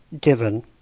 given